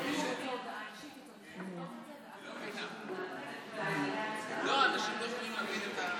חבר הכנסת יבגני סובה,